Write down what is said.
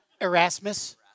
Erasmus